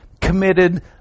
committed